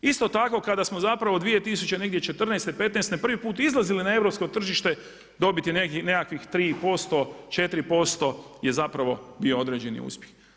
Isto tako kada smo zapravo negdje 2014., 15. prvi put izlazili na europsko tržište dobiti nekakvih 3%, 4% je zapravo bio određeni uspjeh.